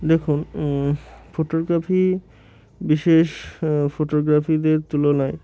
দেখুন ফটোগ্রাফি বিশেষ ফটোগ্রাফিদের তুলনায়